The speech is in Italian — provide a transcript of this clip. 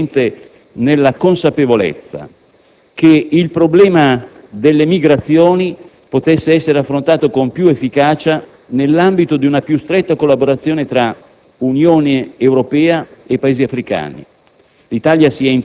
e successivamente nella consapevolezza che il problema delle migrazioni potesse essere affrontato con più efficacia nell'ambito di una più stretta collaborazione tra Unione Europea e Paesi africani.